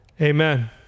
Amen